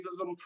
racism